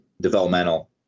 developmental